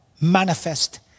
manifest